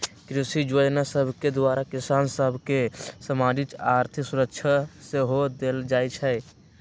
कृषि जोजना सभके द्वारा किसान सभ के सामाजिक, आर्थिक सुरक्षा सेहो देल जाइ छइ